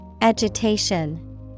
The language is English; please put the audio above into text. Agitation